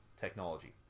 technology